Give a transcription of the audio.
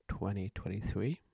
2023